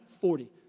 Forty